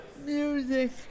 music